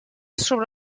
sobre